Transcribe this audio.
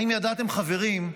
האם ידעתם, חברים,